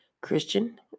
Christian